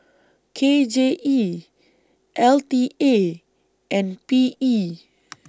K J E L T A and P E